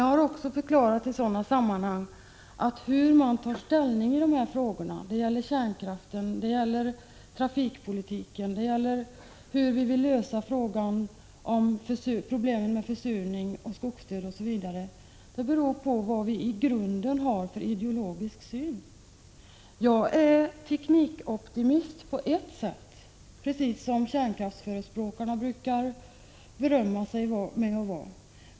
Jag har också förklarat i sådana sammanhang att vårt sätt att ta ställning i dessa frågor — det gäller kärnkraften, det gäller trafikpolitiken, det gäller hur vi vill lösa problemen med försurning, skogsdöden osv. — är beroende av vad vi i grunden har för ideologisk syn. Jag är på ett sätt teknikoptimist precis som kärnkraftsförespråkarna brukar berömma sig av att vara.